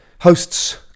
hosts